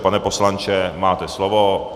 Pane poslanče, máte slovo.